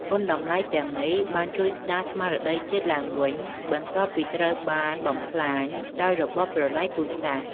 គុណតម្លៃទាំងនេះបានជួយស្តារស្មារតីជាតិឡើងវិញ បន្ទាប់ពីត្រូវបានបំផ្លាញដោយរបបប្រល័យពូជសាសន៍។